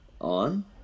On